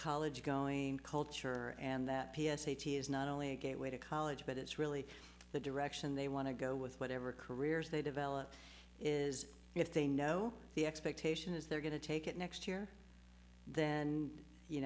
college going culture and p s a t is not only a gateway to college but it's really the direction they want to go with whatever careers they develop is if they know the expectation is they're going to take it next year then you